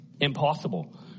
Impossible